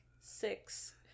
six